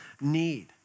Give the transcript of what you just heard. need